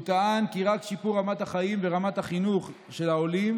הוא טען כי רק שיפור רמת החיים ורמת החינוך של העולים